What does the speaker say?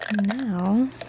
Now